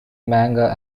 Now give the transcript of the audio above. manga